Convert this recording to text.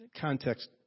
Context